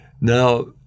Now